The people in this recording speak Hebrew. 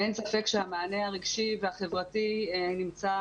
אין ספק שהמענה הרגשי והחברתי נמצא